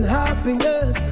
happiness